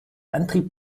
antrieb